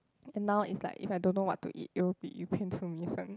and now is like if I don't know what to eat it will be 鱼片粗米粉